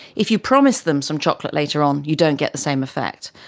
if you promise them some chocolate later on, you don't get the same effect.